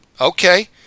okay